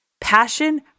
passion